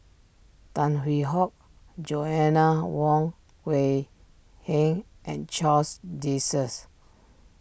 Tan Hwee Hock Joanna Wong Quee Heng and Charles desserts